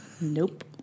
Nope